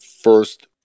first